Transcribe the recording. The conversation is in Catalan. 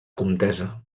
comtessa